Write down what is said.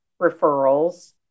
referrals